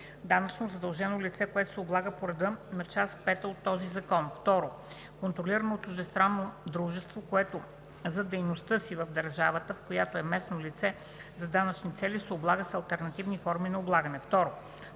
данъчно задължено лице, което се облага по реда на част пета от този закон; 2. контролирано чуждестранно дружество, което за дейността си в държавата, в която е местно лице за данъчни цели, се облага с алтернативни форми на облагане. 2.